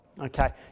Okay